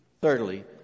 Thirdly